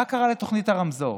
מה קרה לתוכנית הרמזור?